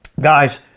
Guys